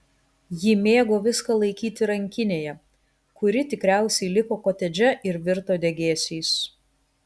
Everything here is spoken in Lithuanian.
ji mėgo viską laikyti rankinėje kuri tikriausiai liko kotedže ir virto degėsiais